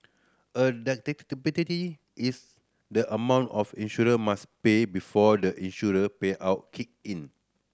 a is the amount of insured must pay before the insurer payout kick in